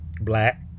Black